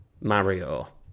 Mario